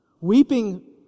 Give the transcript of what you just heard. Weeping